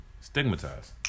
stigmatized